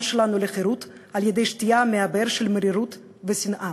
שלנו לחירות על-ידי שתייה מבאר של מרירות ושנאה.